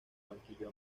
banquillo